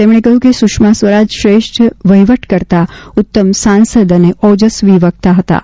તેમણે કહયું કે સુષ્મા સ્વરાજ શ્રેષ્ઠ વહીવટકર્તા ઉત્તમ સાંસદ અને ઓજસ્વી વકતા હતાં